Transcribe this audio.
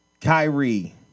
Kyrie